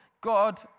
God